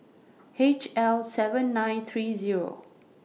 H L seven nine three Zero